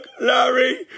Larry